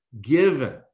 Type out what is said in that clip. given